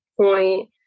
point